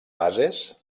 bases